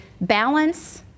balance